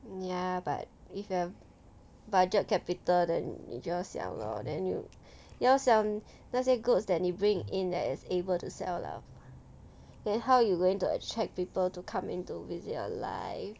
ya but if you have budget capital then 你就要想 lor then you 要想那些 goods that 你 bring in that is able to sell off then how you going to attract people to come into visit you live